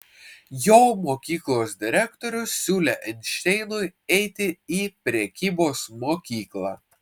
jo mokyklos direktorius siūlė einšteinui eiti į prekybos mokyklą